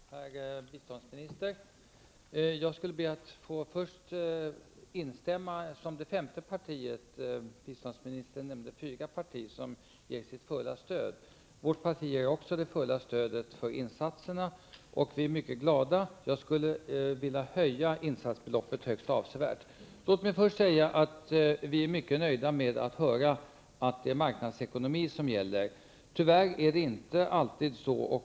Herr talman! Herr biståndsminister! Jag skall be att först som representant för det femte partiet få instämma. Biståndsministern nämnde fyra partier som ger sitt fulla stöd. Vårt parti ger också fullt stöd för insatserna, och vi är mycket glada. Jag skulle vilja höja insatsbeloppet högst avsevärt. Vi är mycket nöjda med att höra att det är marknadsekonomi som gäller. Tyvärr är det inte alltid så.